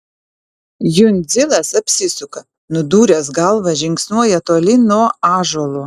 jundzilas apsisuka nudūręs galvą žingsniuoja tolyn nuo ąžuolo